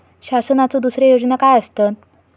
शासनाचो दुसरे योजना काय आसतत?